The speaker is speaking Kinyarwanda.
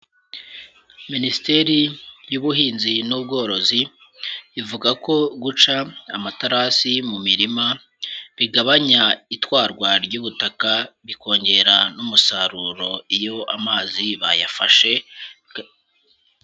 Minisiteri y'ubuhinzi n'ubworozi ivuga ko guca amaterasi mu mirima bigabanya itwarwa ry'ubutaka bikongera n'umusaruro iyo amazi bayafashe.